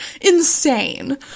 insane